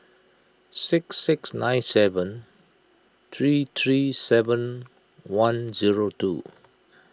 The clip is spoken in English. six six nine seven three three seven one zero two